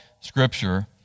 Scripture